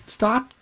stop